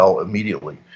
immediately